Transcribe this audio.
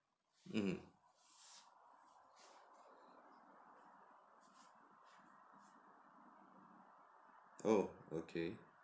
mmhmm oh okay